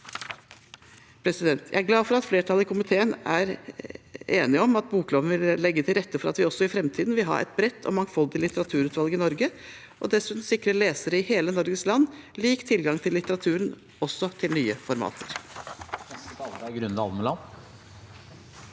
Jeg er glad for at flertallet i komiteen er enig om at bokloven vil legge til rette for at vi også i framtiden vil ha et bredt og mangfoldig litteraturutvalg i Norge, og dessuten sikre lesere i hele Norges land lik tilgang til litteraturen, også i nye formater.